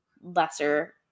lesser